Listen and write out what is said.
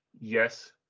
yes